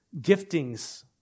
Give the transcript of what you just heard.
giftings